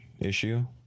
issue